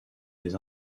des